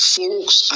folks